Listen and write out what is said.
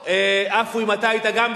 בדיקות אינטימיות